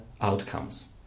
outcomes